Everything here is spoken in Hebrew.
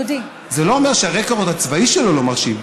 זה לא אומר שהרקורד הצבאי שלו לא מרשים.